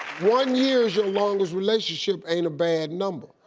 one year's your longest relationship ain't a bad number.